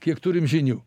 kiek turim žinių